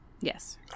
Yes